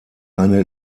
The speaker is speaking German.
eine